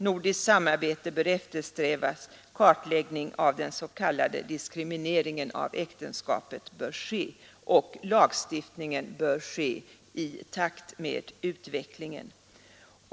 Nordiskt samarbete bör eftersträvas, och kartläggning av den s.k. diskrimineringen av äktenskapet bör genomföras. Lagstiftningen bör ske i takt med utvecklingen.